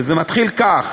וזה מתחיל כך: